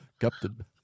Captain